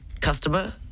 customer